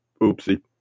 oopsie